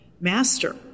Master